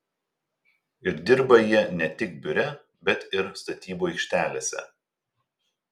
ir dirba jie ne tik biure bet ir statybų aikštelėse